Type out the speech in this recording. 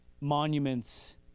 monuments